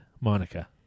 Monica